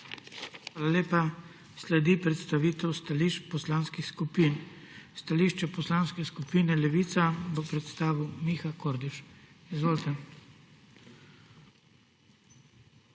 Hvala lepa. Sledi predstavitev stališč poslanskih skupin. Stališče Poslanske skupine Levica bo predstavil Miha Kordiš. Izvolite.